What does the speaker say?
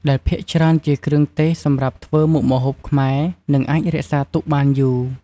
ដែលភាគច្រើនជាគ្រឿងទេសសម្រាប់ធ្វើមុខម្ហួបខ្មែរ និងអាចរក្សាទុកបានយូរ។